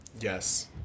Yes